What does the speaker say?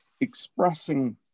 expressing